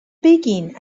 بگین